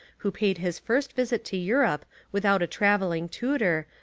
who paid his first visit to europe without a travelling tutor,